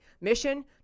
mission